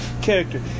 character